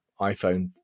iPhone